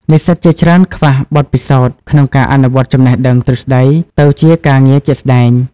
និស្សិតជាច្រើនខ្វះបទពិសោធន៍ក្នុងការអនុវត្តចំណេះដឹងទ្រឹស្តីទៅជាការងារជាក់ស្តែង។